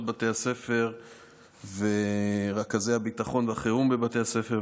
בתי הספר ורכזי הביטחון והחירום בבתי הספר.